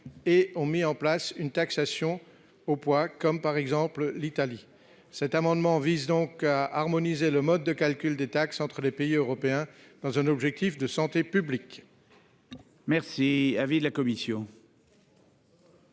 et ont mis en place une taxation au poids, comme l'Italie. Cet amendement vise donc à harmoniser le mode de calcul des taxes entre les pays européens, dans un objectif de santé publique.